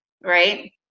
right